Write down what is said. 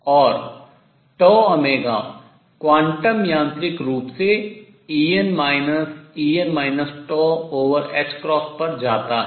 और τω क्वांटम यांत्रिक रूप से ℏ पर जाता है